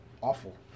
awful